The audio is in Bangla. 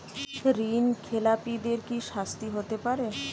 ঋণ খেলাপিদের কি শাস্তি হতে পারে?